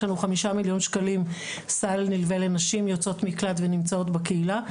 יש לנו חמישה מיליון שקלים סל נלווה לנשים יוצאות מקלט ונמצאות בקהילה.